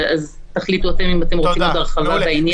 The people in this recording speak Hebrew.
אז תחליטו אתם אם אתם רוצים עוד הרחבה בעניין.